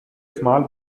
small